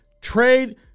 trade